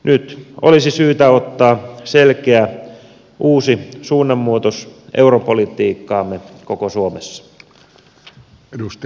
nyt olisi syytä ottaa selkeä uusi suunnanmuutos europolitiikkaamme koko suomessa